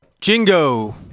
Jingo